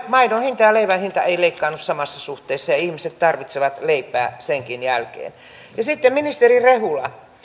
maidon hinta ja leivän hinta eivät leikkaannu samassa suhteessa ja ihmiset tarvitsevat leipää senkin jälkeen ja sitten ministeri rehula